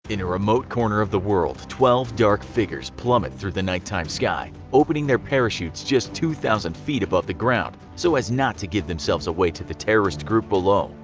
in a remote corner of the world twelve dark figures plummet through the night time sky, opening their parachutes just two thousand feet above the ground so as not to give themselves away to the terrorist grouped below.